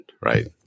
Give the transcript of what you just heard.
right